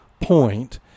point